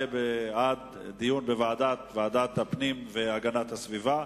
זה בעד דיון בוועדת הפנים והגנת הסביבה,